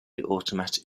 automatic